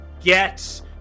get